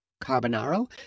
Carbonaro